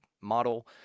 model